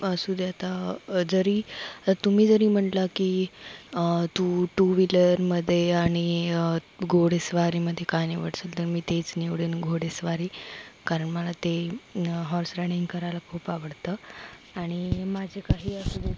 असू दे आता जरी तुम्ही जरी म्हटलं की तू टू व्हीलरमध्ये आणि घोडेस्वारीमध्ये काय निवडशील तर मी तेच निवडून घोडेस्वारी कारण मला ते हॉर्स रायडिंग करायला खूप आवडतं आणि माझे काही असू दे